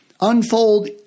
unfold